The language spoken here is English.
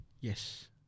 Yes